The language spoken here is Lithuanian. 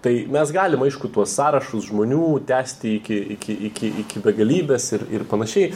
tai mes galim aišku tuos sąrašus žmonių tęsti iki iki iki iki begalybės ir ir panašiai